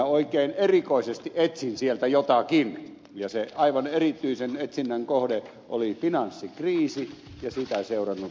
oikein erikoisesti etsin sieltä jotakin ja se aivan erityisen etsinnän kohde oli finanssikriisi ja sitä seurannut talouskriisi